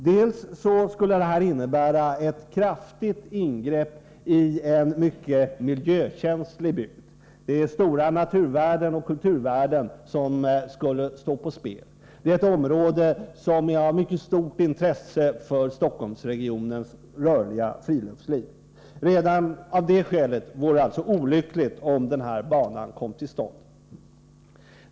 Det skulle innebära ett kraftigt ingrepp i en mycket miljökänslig bygd. Stora naturvärden och kulturvärden skulle stå på spel. Det gäller ett område som är av mycket stort intresse för Stockholmsregionens rörliga friluftsliv. Redan av det skälet vore det alltså olyckligt om den här banan kom till stånd.